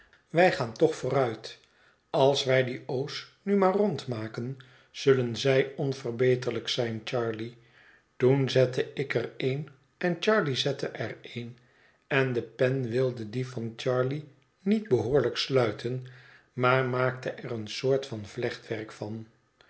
wij gaan toch vooruit als wij die o's nu maar rond maken zullen zij onverbeterlijk zijn charley toen zette ik er een en charley zette er een en de pen wilde die van charley niet behoorlijk sluiten maar maakte er een soort van vlechtwerk van